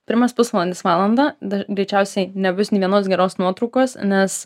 pirmas pusvalandis valanda dar greičiausiai nebus nei vienos geros nuotraukos nes